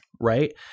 right